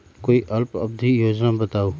कोई अल्प अवधि योजना बताऊ?